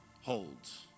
holds